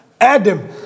Adam